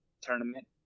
tournament